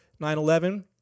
9/11